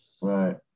Right